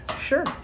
Sure